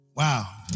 Wow